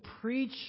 preach